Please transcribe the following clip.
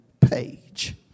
page